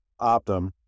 Optum